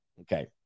Okay